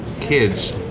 kids